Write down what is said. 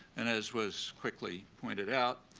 and as was quickly pointed out,